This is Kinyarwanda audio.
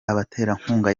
abaterankunga